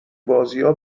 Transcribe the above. بازیا